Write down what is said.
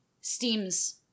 steams